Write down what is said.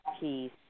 peace